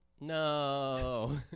No